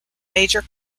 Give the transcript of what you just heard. major